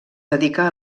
dedica